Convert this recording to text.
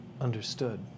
Understood